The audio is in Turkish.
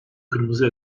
kırmızı